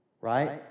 right